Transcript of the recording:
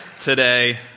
today